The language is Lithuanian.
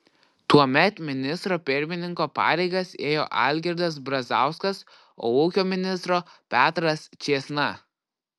tuomet ministro pirmininko pareigas ėjo algirdas brazauskas o ūkio ministro petras čėsna